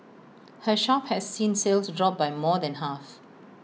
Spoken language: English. her shop has seen sales drop by more than half